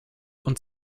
und